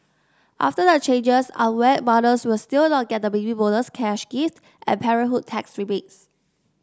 after the changes unwed mothers will still not get the Baby Bonus cash gift and parenthood tax rebates